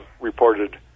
reported